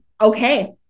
okay